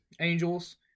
Angels